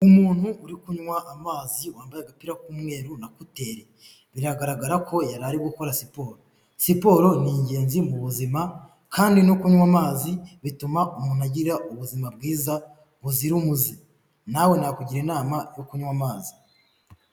Umuntu uri kunywa amazi wambaye agapira k'umweru na kuteri biragaragara ko yari ari gukora siporo, siporo ni ingenzi mu buzima kandi no kunywa amazi bituma umuntu agira ubuzima bwiza buzira umuze, nawe nakugira inama yo kunywa amazi.